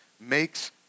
makes